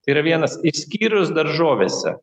tai yra vienas išskyrus daržovėse